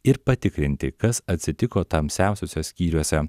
ir patikrinti kas atsitiko tamsiausiuose skyriuose